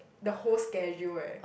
the whole schedule eh